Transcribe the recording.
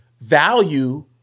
value